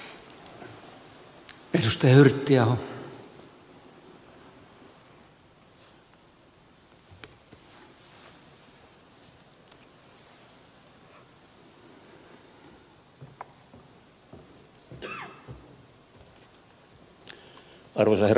arvoisa herra puhemies